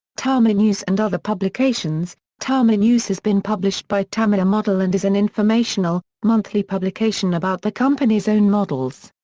tamiya news and other publications tamiya news has been published by tamiya model and is an informational, monthly publication about the company's own models.